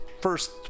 First